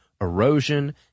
erosion